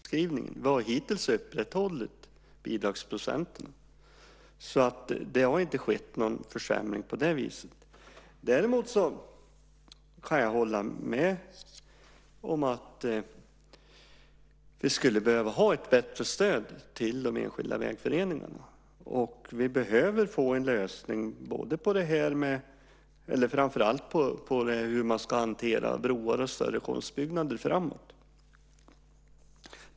Fru talman! För det första vill jag rätta till historieskrivningen. Vi har hittills upprätthållit bidragsprocenten. Det har inte skett någon försämring på det viset. Däremot kan jag hålla med om att vi skulle behöva ha ett bättre stöd till de enskilda vägföreningarna. Vi behöver få en lösning framför allt när det gäller hur man ska hantera broar och större konstbyggnader framöver.